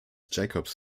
jacobs